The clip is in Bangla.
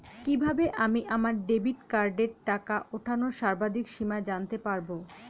কিভাবে আমি আমার ডেবিট কার্ডের টাকা ওঠানোর সর্বাধিক সীমা জানতে পারব?